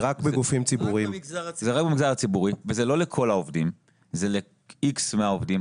זה רק במגזר הציבורי וזה לא לכל העובדים אלא לאיקס מהעובדים,